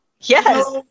Yes